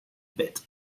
bit